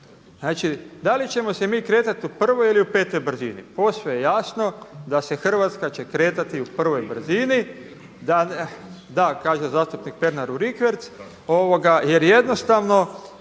Znači, da li ćemo se mi kretati u prvoj ili petoj brzini. Posve je jasno da će Hrvatska se kretati u prvoj brzini. Da, kaže zastupnik Pernar u rikverc jer jednostavno